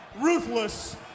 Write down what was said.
ruthless